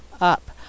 up